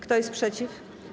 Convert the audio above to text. Kto jest przeciw?